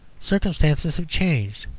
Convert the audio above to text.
circumstances have changed.